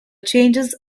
changes